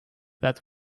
that